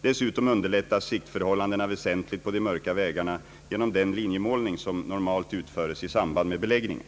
Dessutom underlättas siktförhållandena väsentligt på de mörka vägarna genom den linjemålning som normalt utföres i samband med beläggningen.